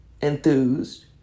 enthused